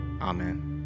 amen